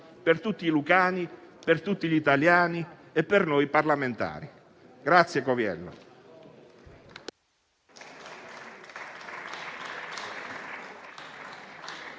per tutti i lucani, per tutti gli italiani e per noi parlamentari. Grazie Coviello.